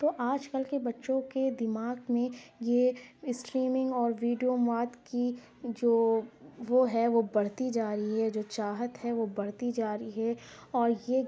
تو آج کل کے بچوں کے دِماغ میں یہ اسٹریمنگ اور ویڈیو مواد کی جو وہ ہے وہ بڑھتی جا رہی ہے جو چاہت ہے وہ بڑھتی جا رہی ہے اور یہ